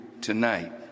tonight